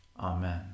Amen